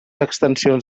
extensions